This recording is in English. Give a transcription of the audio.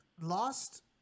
lost